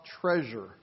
treasure